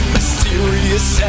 Mysterious